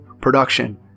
production